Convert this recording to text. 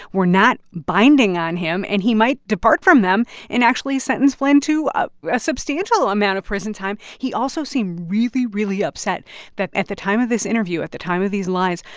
were not binding on him and he might depart from them and actually sentence flynn to ah a substantial amount of prison time he also seemed really, really upset that at the time of this interview, at the time of these lies,